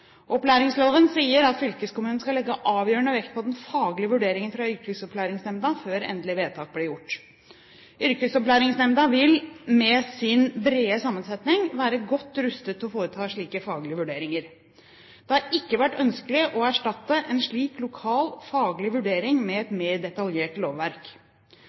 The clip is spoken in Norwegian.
Opplæringsloven sier at fylkeskommunen skal legge avgjørende vekt på den faglige vurderingen fra yrkesopplæringsnemnda før endelig vedtak blir gjort. Yrkesopplæringsnemnda vil med sin brede sammensetning være godt rustet til å foreta slike faglige vurderinger. Det har ikke vært ønskelig å erstatte en slik lokal, faglig vurdering med et mer detaljert lovverk.